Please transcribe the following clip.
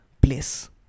place